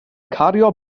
cario